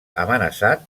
amenaçat